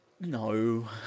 No